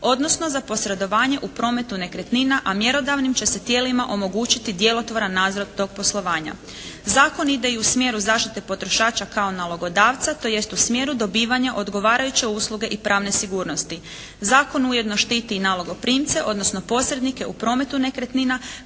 odnosno za posredovanje u prometu nekretnina a mjerodavnim će se tijelima omogućiti djelotvoran nadzor tog poslovanja. Zakon ide i u smjeru zaštite potrošača kao nalogodavca, tj. u smjeru dobivanja odgovarajuće usluge i pravne sigurnosti. Zakon ujedno i štiti nalogoprimce odnosno posrednike u prometu nekretnina